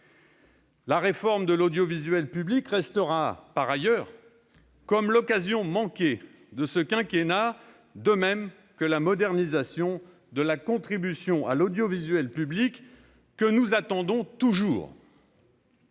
La réforme de l'audiovisuel public restera, par ailleurs, l'occasion manquée de ce quinquennat, de même que la modernisation de la contribution à l'audiovisuel public, que nous attendons toujours.